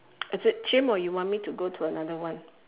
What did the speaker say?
is it chim or you want me to go to another one